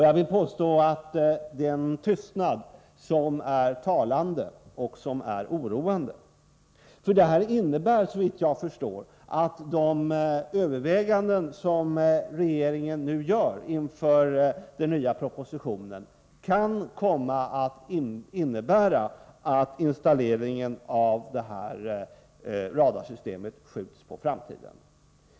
Jag vill påstå att det är en tystnad som är talande och oroande. De överväganden som regeringen nu gör inför den nya propositionen kan, såvitt jag förstår, komma att innebära att installeringen av det här radarsystemet skjuts på framtiden.